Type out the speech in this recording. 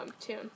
tune